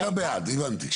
אתה בעד, הבנתי.